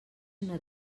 una